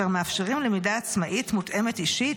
אשר מאפשרים למידה עצמאית מותאמת אישית,